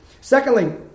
Secondly